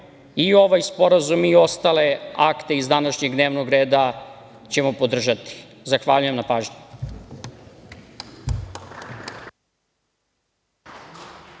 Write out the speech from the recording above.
i ovaj sporazum i ostale akte iz današnjeg dnevnog reda ćemo podržati. Zahvaljujem na pažnji.